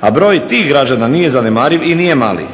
a broj tih građana nije zanemariv i nije mali.